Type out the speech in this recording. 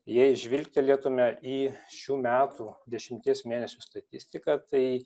jei žvilgtelėtume į šių metų dešimties mėnesių statistiką tai